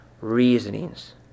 reasonings